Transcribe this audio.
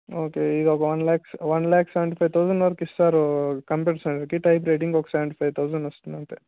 okay ఇది one lakh one lakh seventy five thousand వరకు ఇస్తారు compulsory type writing seventy five thousand వస్తుంది అంతే